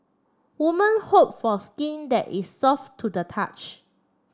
women hope for skin that is soft to the touch